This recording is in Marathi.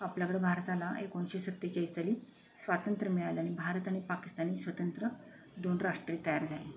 आपल्याकडं भारताला एकोणीशे सत्तेचाळीस साली स्वातंत्र्य मिळालं आणि भारत आणि पाकिस्तान ही स्वातंत्र दोन राष्ट्रं ही तयार झाली